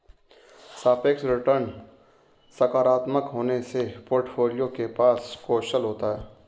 सापेक्ष रिटर्न सकारात्मक होने से पोर्टफोलियो के पास कौशल होता है